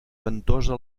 ventosa